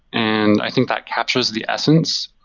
and i think that captures the essence.